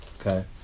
Okay